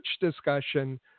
discussion